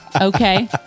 okay